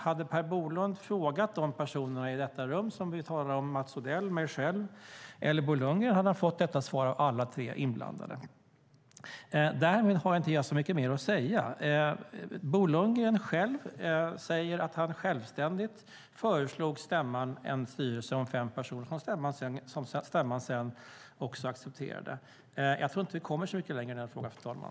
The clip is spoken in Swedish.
Hade Per Bolund frågat de personer i detta rum som vi talar om, alltså Mats Odell, jag själv eller Bo Lundgren, hade han fått detta svar av alla tre inblandade. Därmed har jag inte så mycket mer att säga. Bo Lundgren säger att han självständigt föreslog stämman en styrelse om fem personer som stämman sedan accepterade. Jag tror inte att vi kommer så mycket längre i denna fråga, fru talman.